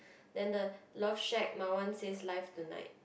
then the love shack my one says live tonight